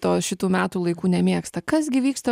to šitų metų laikų nemėgsta kas gi vyksta